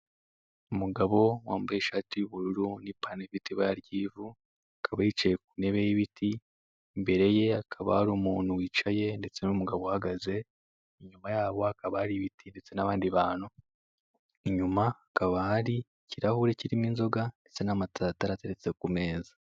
Umugabo wambaye ishati y'ubururu n'ipantaro ifite ibara ry'ivu akaba y'icaye kuntebe y'ibiti imbere ye hakaba hari umuntu w'icaye ndetse n'umugabo uhagaze, inyuma yaho hakaba hari ibiti ndetse nabandi bantu, inyuma hakaba hari ikirahure kirimo inzonga ndetse n'amataratara ateretse ku ameza.